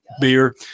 beer